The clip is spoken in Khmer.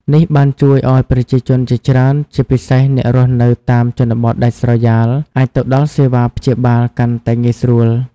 នេះបានជួយឱ្យប្រជាជនជាច្រើន ជាពិសេសអ្នករស់នៅតាមជនបទដាច់ស្រយាល អាចទៅដល់សេវាព្យាបាលបានកាន់តែងាយស្រួល។